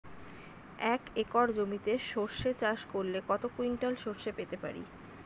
এক একর জমিতে সর্ষে চাষ করলে কত কুইন্টাল সরষে পেতে পারি?